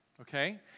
okay